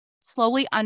slowly